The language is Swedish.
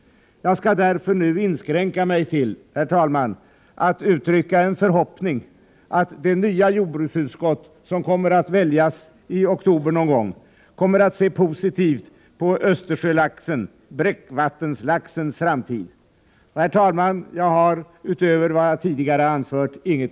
Jag skall därför nu, herr talman, inskränka mig till att uttrycka en förhoppning att det nya jordbruksutskott som kommer att väljas i oktober skall se positivt på Östersjölaxens, bräckvattenlaxens, framtid. Herr talman! Jag har inget yrkande utöver vad jag tidigare anfört.